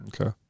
Okay